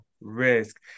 risk